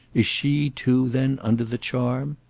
is she too then under the charm?